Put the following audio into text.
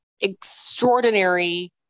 extraordinary